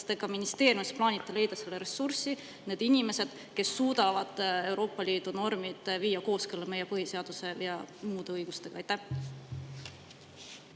te ka ministeeriumis plaanite leida ressursi ja need inimesed, kes suudavad Euroopa Liidu normid viia kooskõlla meie põhiseaduse ja muude [seadustega]? Aitäh